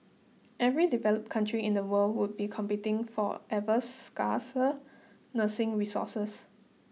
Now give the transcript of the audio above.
every developed country in the world would be competing for ever scarcer nursing resources